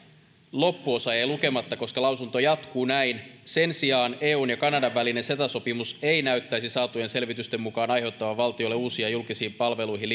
loppuosa jäi lukematta koska lausunto jatkuu näin sen sijaan eun ja kanadan välinen ceta sopimus ei näyttäisi saatujen selvitysten mukaan aiheuttavan valtiolle uusia julkisiin palveluihin